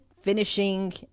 finishing